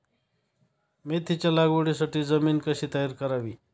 मेथीच्या लागवडीसाठी जमीन कशी तयार करावी?